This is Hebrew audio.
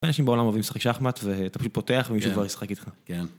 אנשים בעולם אוהבים שחק שחמט ואתה פשוט פותח ומישהו כבר ישחק איתך. כן.